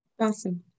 awesome